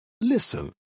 Listen